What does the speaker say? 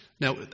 Now